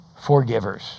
forgivers